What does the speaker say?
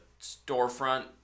storefront